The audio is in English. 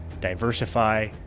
diversify